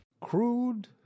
Crude